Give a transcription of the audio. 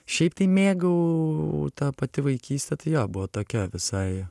šiaip tai mėgau ta pati vaikystė jo buvo tokia visai